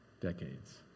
decades